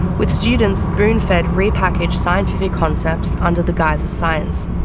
with students spoon fed repackaged scientific concepts under the guise of science.